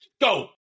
go